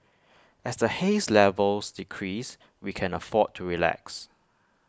as the haze levels decrease we can afford to relax